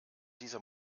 dieser